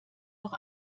noch